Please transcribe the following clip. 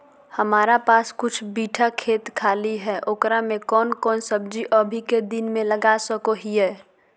हमारा पास कुछ बिठा खेत खाली है ओकरा में कौन कौन सब्जी अभी के दिन में लगा सको हियय?